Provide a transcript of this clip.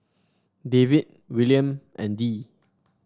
David Willaim and Dee